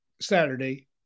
Saturday